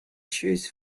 shoes